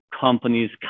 companies